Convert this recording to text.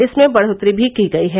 इसमें बढ़ोतरी भी की गयी है